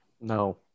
No